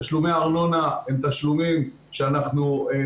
תשלומי הארנונה הם תשלומים שמופיעים